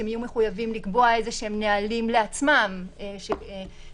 שהם יהיו מחויבים לקבוע איזשהם נהלים לעצמם מראש,